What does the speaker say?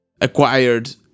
acquired